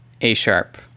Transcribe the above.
A-sharp